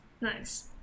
Nice